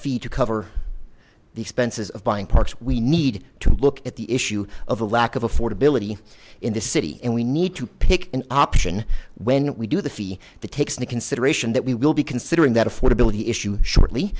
fee to cover the expenses of buying parks we need to look at the issue of the lack of affordability in the city and we need to pick an option when we do the fee that takes into consideration that we will be considering that affordability issue shortly